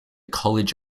college